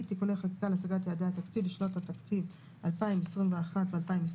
(תיקוני חקיקה להשגת יעדי התקציב לשנות התקציב 2021 ו-2022),